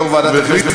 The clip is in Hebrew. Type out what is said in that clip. יו"ר ועדת הכנסת,